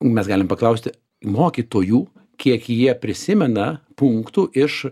mes galim paklausti mokytojų kiek jie prisimena punktų iš